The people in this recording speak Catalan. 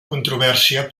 controvèrsia